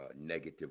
negative